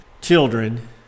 children